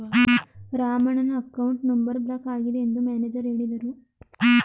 ರಾಮಣ್ಣನ account number block ಆಗಿದೆ ಎಂದು manager ಹೇಳಿದರು